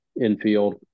infield